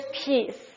peace